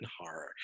horror